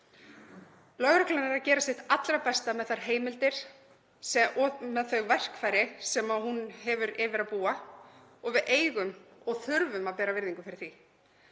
Lögreglan er að gera sitt allra besta með þær heimildir sem og þau verkfæri sem hún hefur yfir að ráða og við eigum og þurfum að bera virðingu fyrir því.